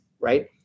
right